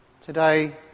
Today